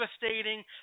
devastating